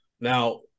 Now